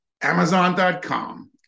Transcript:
amazon.com